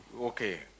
Okay